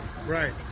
Right